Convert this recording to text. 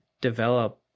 develop